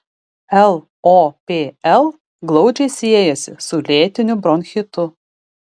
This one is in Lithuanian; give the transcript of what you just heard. lopl glaudžiai siejasi su lėtiniu bronchitu